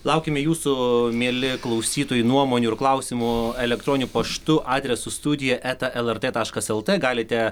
laukiame jūsų mieli klausytojai nuomonių ir klausimų elektroniniu paštu adresu studija eta lrt taškas lt galite